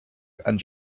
and